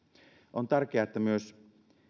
on tärkeää että myös